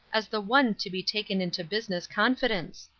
as the one to be taken into business confidence!